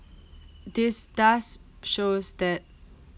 this thus shows that